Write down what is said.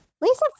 Lisa